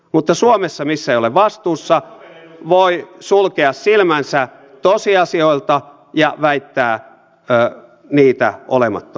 mutta suomessa missä ei ole vastuussa voi sulkea silmänsä tosiasioilta ja väittää niitä olemattomiksi